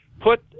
put